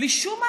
בלי שום מאמץ,